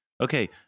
Okay